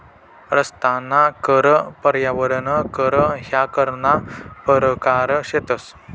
रस्ताना कर, पर्यावरण कर ह्या करना परकार शेतंस